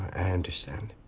i understand.